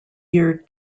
year